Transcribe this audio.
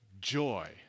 joy